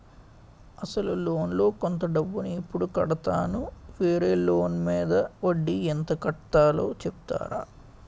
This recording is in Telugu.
అసలు లోన్ లో కొంత డబ్బు ను ఎప్పుడు కడతాను? వేరే లోన్ మీద వడ్డీ ఎంత కట్తలో చెప్తారా?